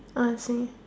I see